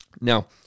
Now